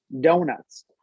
donuts